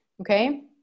Okay